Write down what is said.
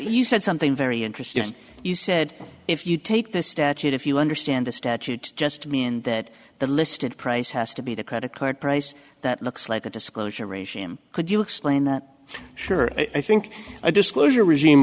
you said something very interesting he said if you take the statute if you understand the statute just mean that the listed price has to be the credit card price that looks like a disclosure regime could you explain that sure i think a disclosure regime